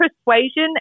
persuasion